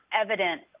evidence